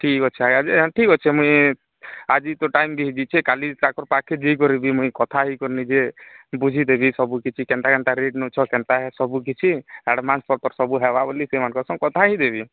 ଠିକ୍ ଅଛି ଆଜ୍ଞା ଯେ ଠିକ୍ ଅଛି ମୁଇ ଆଜି ତ ଟାଇମ୍ ବି ହେଇ ଯାଇଛି କାଲି ତାଙ୍କ ପାଖେ ଯିଇ କରିବି ମୁଇ କଥା ହେଇ କରି ନେଇ ଜେ ବୁଝିଦେବି ସବୁ କିଛି କେନ୍ତା କେନ୍ତା ରେଟ୍ ନଉଛ କେନ୍ତା ସବୁ କିଛି ଆଡ଼ଭାନ୍ସ ପତ୍ର ସବୁ ହେବା ବୋଲି ସେମାନଙ୍କ ସଙ୍ଗ କଥା ହେଇଯିବି